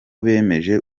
bemeje